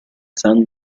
san